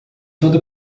tudo